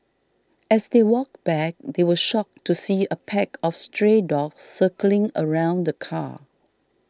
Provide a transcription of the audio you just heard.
as they walked back they were shocked to see a pack of stray dogs circling around the car